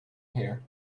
hair